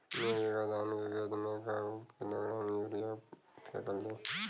एक एकड़ धान के खेत में क किलोग्राम यूरिया फैकल जाई?